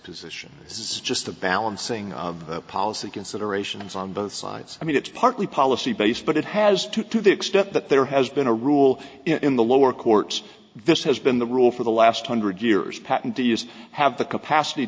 position is just the balancing of the policy considerations on both sides i mean it's partly policy based but it has to to the extent that there has been a rule in the lower courts this has been the rule for the last hundred years patent to use have the capacity